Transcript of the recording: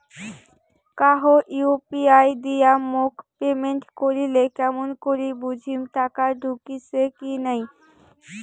কাহো ইউ.পি.আই দিয়া মোক পেমেন্ট করিলে কেমন করি বুঝিম টাকা ঢুকিসে কি নাই?